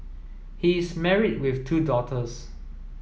he is married with two daughters